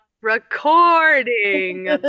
recording